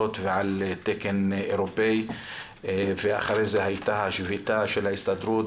ועל תקן אירופאי ואחרי זה הייתה השביתה של ההסתדרות